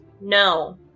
No